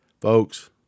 Folks